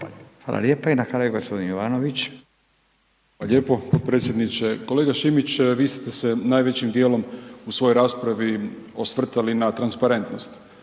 Hvala lijepo potpredsjedniče. Kolega Šimić, vi ste se najvećim dijelom u svojoj raspravi osvrtali na transparentnost.